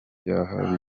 byaha